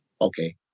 Okay